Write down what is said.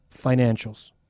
financials